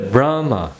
Brahma